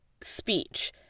speech